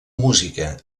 música